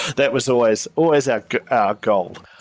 that was always always ah our goal.